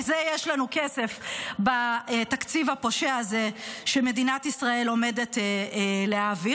לזה כן יש לנו כסף בתקציב הפושע הזה שמדינת ישראל עומדת להעביר.